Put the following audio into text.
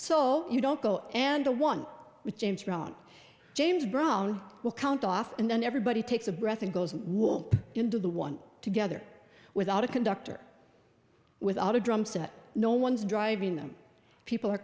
so you don't go and the one with james brown james brown will count off and then everybody takes a breath and goes into the one together without a conductor without a drum set no one's driving them people are